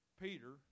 Peter